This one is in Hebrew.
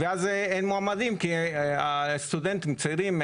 ואז אין מועמדים כי הסטודנטים צעירים,